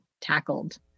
tackled